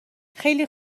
خیلی